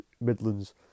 Midlands